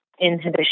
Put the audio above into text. inhibition